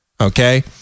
Okay